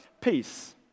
peace